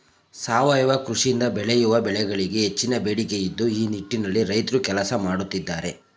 ಸಾವಯವ ಕೃಷಿಯಿಂದ ಬೆಳೆಯುವ ಬೆಳೆಗಳಿಗೆ ಹೆಚ್ಚಿನ ಬೇಡಿಕೆ ಇದ್ದು ಈ ನಿಟ್ಟಿನಲ್ಲಿ ರೈತ್ರು ಕೆಲಸ ಮಾಡತ್ತಿದ್ದಾರೆ